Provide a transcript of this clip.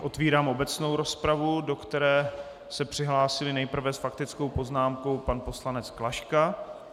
Otevírám obecnou rozpravu, do které se přihlásil nejprve s faktickou poznámkou pan poslanec Klaška.